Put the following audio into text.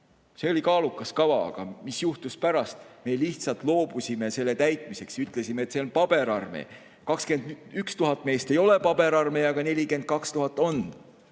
See oli kaalukas kava. Aga mis juhtus pärast? Me lihtsalt loobusime selle täitmisest, ütlesime, et see on paberarmee. 21 000 meest ei ole paberarmee ja 42 000 on?